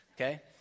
Okay